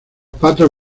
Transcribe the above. patos